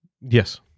Yes